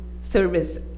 service